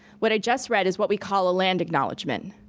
what i just read is what we call a land acknowledgement,